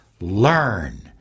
Learn